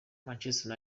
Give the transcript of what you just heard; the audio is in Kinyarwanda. manchester